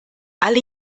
alle